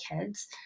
kids